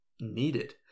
needed